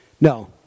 No